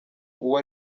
uwo